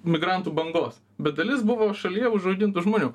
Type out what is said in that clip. migrantų bangos bet dalis buvo šalyje užaugintų žmonių